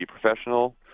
professional